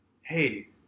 hey